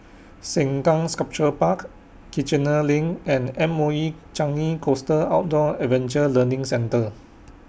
Sengkang Sculpture Park Kiichener LINK and M O E Changi Coast Outdoor Adventure Learning Centre